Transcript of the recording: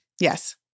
Yes